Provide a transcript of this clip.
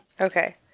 Okay